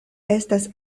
estas